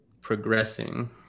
progressing